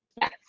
Yes